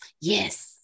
yes